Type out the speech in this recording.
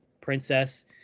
princess